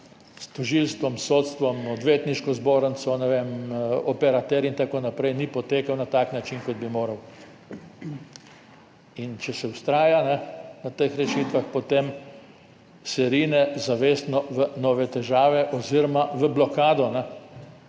s tožilstvom, sodstvom, odvetniško zbornico, ne vem, operaterji in tako naprej ni potekal na tak način, kot bi moral. Če se vztraja na teh rešitvah, potem se rine zavestno v nove težave oziroma v blokado